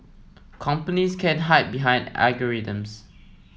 companies can't hide behind algorithms